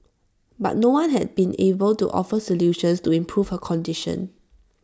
but no one has been able to offer solutions to improve her condition